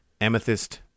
amethyst